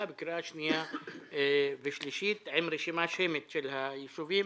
בקריאה שנייה ושלישית עם רשימה שמית של היישובים,